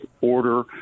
order